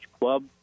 club